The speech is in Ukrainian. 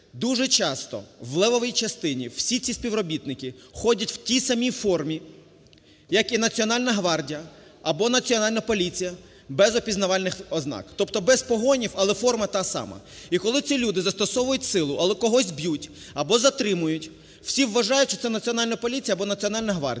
дуже часто в левовій частині всі ці співробітники ходять в тій самій формі, як і Національна гвардія або Національна поліція, без опізнавальних ознак, тобто без погонів, але форма та сама. І коли ці люди застосовують силу або когось б'ють, або затримують, всі вважають, що це Національна поліція або Національна гвардія.